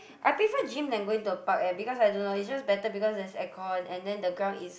I prefer gym than going to a park eh because I don't know is just better because there's air con and then the ground is